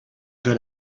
good